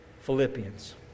Philippians